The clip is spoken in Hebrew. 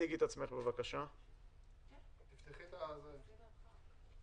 אני מהפיקוח על הבנקים,